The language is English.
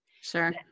Sure